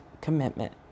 commitment